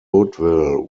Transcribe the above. woodville